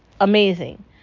amazing